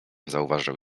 zauważył